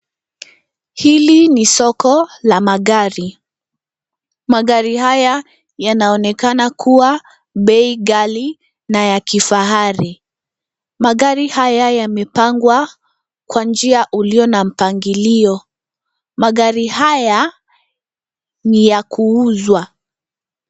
Hili ni soko la magari. Magari haya yanaonekana kuwa bei ghali na ya kifahari. Magari haya yamepangwa kwa njia uliyo na mpangilio. Magari haya ni ya kuuzwa.